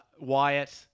Wyatt